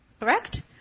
Correct